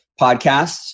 podcasts